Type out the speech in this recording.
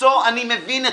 אני מבין אתכם.